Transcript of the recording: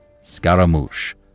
Scaramouche